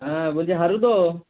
হ্যাঁ বলছি হারু তো